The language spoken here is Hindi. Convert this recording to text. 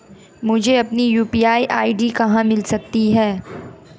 मुझे अपनी यू.पी.आई आई.डी कहां मिल सकती है?